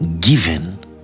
given